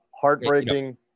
Heartbreaking